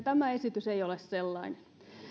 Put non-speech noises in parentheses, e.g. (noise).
(unintelligible) tämä esitys ei ole sellainen